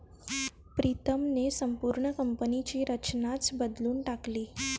प्रीतमने संपूर्ण कंपनीची रचनाच बदलून टाकली